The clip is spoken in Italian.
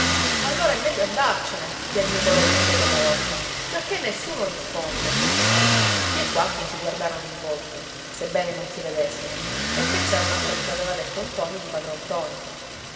allora è meglio andarcene piagnucolò il figlio della locca giacché nessuno risponde tutti e quattro si guardarono in volto sebbene non si vedessero e pensarono a quel che aveva detto ntoni di padron ntoni